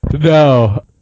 No